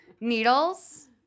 Needles